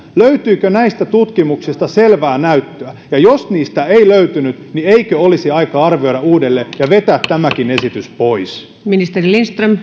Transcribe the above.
löytyikö näistä tutkimuksista selvää näyttöä ja jos niistä ei löytynyt niin eikö olisi aika arvioida uudelleen ja vetää tämäkin esitys pois